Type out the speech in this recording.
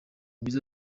byiza